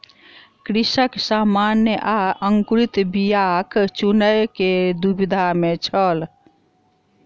कृषक सामान्य आ अंकुरित बीयाक चूनअ के दुविधा में छल